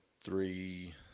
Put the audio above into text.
three